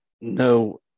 no